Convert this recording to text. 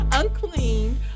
unclean